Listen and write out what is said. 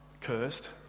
cursed